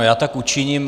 Já tak učiním.